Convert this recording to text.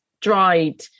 dried